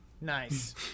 nice